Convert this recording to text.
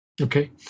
Okay